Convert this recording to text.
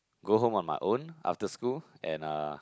go home on my own after school and uh